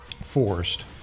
Forced